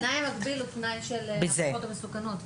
התנאי המגביל הוא תנאי של הערכות המסוכנות.